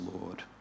Lord